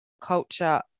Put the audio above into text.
culture